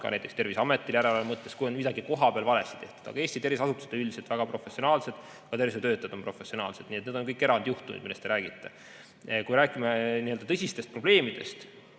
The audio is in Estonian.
ka näiteks Terviseametile järelevalve mõttes, kui on midagi kohapeal valesti tehtud. Aga Eesti tervishoiuasutused on üldiselt väga professionaalsed, ka tervishoiutöötajad on professionaalsed. Nii et need on kõik erandjuhtumid, millest te räägite. Kui räägime tõsistest probleemidest,